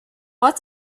what